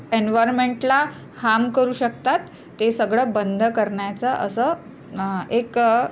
एनवर्मेंटला हाम करू शकतात ते सगळं बंद करण्याचं असं एक